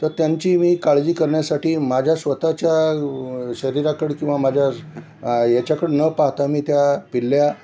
तर त्यांची मी काळजी करण्यासाठी माझ्या स्वताच्या शरीराकडं किंवा माझ्या याच्याकडं न पाहता मी त्या पिल्ला